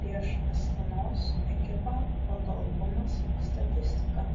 prieš astanos ekipą fotoalbumas statistika